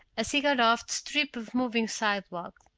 as he got off the strip of moving sidewalk.